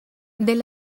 del